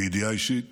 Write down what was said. מידיעה אישית